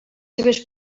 seves